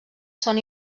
són